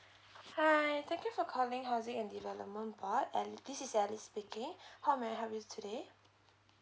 hi I thank you for calling housing and development board and this is alice speaking how may I help you today